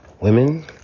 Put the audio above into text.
Women